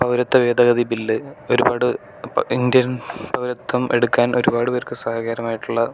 പൗരത്വ ഭേദഗതി ബില്ല് ഒരുപാട് ഇന്ത്യൻ പൗരത്വം എടുക്കാൻ ഒരുപാടുപേർക്ക് സഹായകരമായിട്ടുള്ള